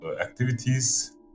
activities